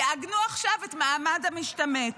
יעגנו עכשיו את מעמד המשתמט.